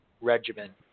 regimen